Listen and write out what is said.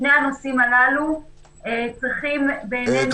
שני הנושאים הללו צריכים בעינינו להיות מוחרגים.